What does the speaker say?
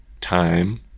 time